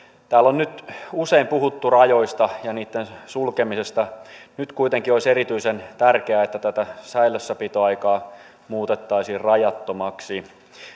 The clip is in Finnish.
täällä on nyt usein puhuttu rajoista ja niitten sulkemisesta nyt kuitenkin olisi erityisen tärkeää että tämä säilössäpitoaika muutettaisiin rajattomaksi